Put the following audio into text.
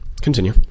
Continue